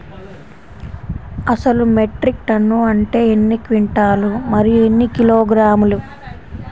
అసలు metric ton అంటే ఎన్ని క్వింటాలు మరియు ఎన్ని కిలోగ్రాములు?